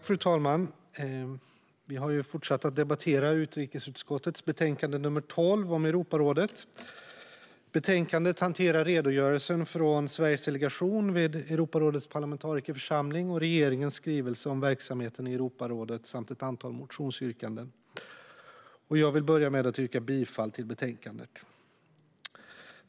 Fru talman! Vi har fortsatt att debattera utrikesutskottets betänkande 12 om Europarådet. Betänkandet hanterar redogörelsen från Sveriges delegation vid Europarådets parlamentarikerförsamling, regeringens skrivelse om verksamheten inom Europarådet samt ett antal motionsyrkanden. Jag vill börja med att yrka bifall till utskottets förslag i betänkandet.